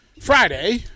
Friday